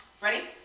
Ready